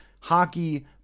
hockey